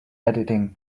editing